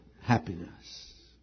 happiness